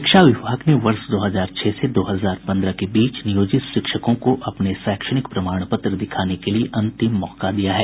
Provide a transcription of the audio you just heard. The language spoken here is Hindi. शिक्षा विभाग ने वर्ष दो हजार छह से दो हजार पंद्रह के बीच नियोजित शिक्षकों को अपने शैक्षणिक प्रमाण पत्र दिखाने के लिये अंतिम मौका दिया है